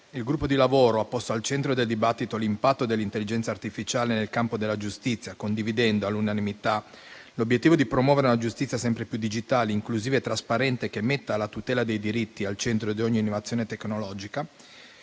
Il gruppo di lavoro ha posto al centro del dibattito l'impatto dell'intelligenza artificiale nel campo della giustizia, condividendo all'unanimità l'obiettivo di promuovere una giustizia sempre più digitale, inclusiva e trasparente, che metta la tutela dei diritti al centro di ogni innovazione tecnologica.